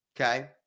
Okay